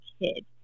kid